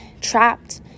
trapped